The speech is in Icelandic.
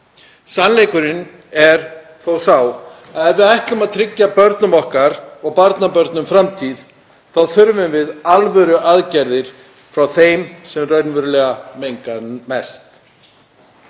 Sannleikurinn er þó sá að ef við ætlum að tryggja börnum okkar og barnabörnum framtíð þá þurfum við alvöruaðgerðir frá þeim sem raunverulega menga mest.